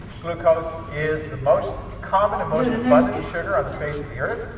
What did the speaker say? glucose is the most common and most abundant sugar on the face of the earth.